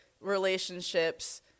relationships